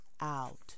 out